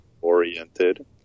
oriented